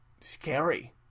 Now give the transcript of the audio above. scary